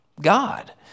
God